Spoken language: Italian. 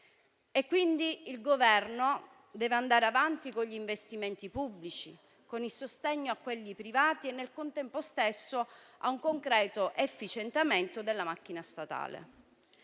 ieri. Il Governo deve andare avanti perciò con gli investimenti pubblici, con il sostegno a quelli privati e, nel contempo, con un concreto efficientamento della macchina statale.